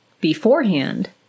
beforehand